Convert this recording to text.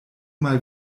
mal